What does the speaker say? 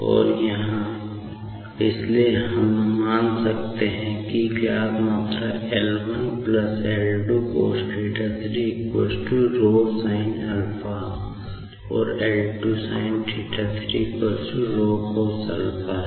और यहाँ इसलिए हम मान सकते हैं कि ज्ञात मात्रा L1 L2 cosθ3 ρ sinα और L2 sinθ3 ρ cosα हैं